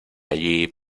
allí